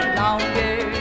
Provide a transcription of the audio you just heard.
longer